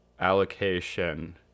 allocation